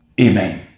Amen